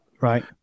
Right